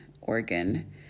Oregon